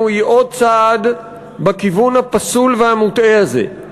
היא עוד צעד בכיוון הפסול והמוטעה הזה.